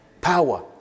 power